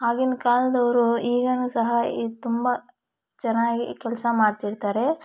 ಆಗಿನ ಕಾಲದವರು ಈಗಲೂ ಸಹ ಈ ತುಂಬ ಚೆನ್ನಾಗಿ ಕೆಲಸ ಮಾಡ್ತಿರ್ತಾರೆ